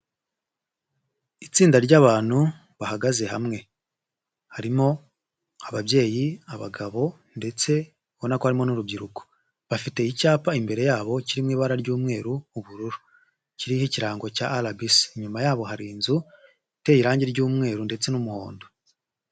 Itsinda ry'abantu, bahagaze hamwe. Harimo ababyeyi, abagabo ndetse urabona ko harimo n'urubyiruko. Bafite icyapa imbere yabo kiri mu ibara ry'umweru, ubururu. Kiriho ikirango cya RBC. Inyuma yabo hari inzu, iteye irangi ry'umweru ndetse n'umuhondo.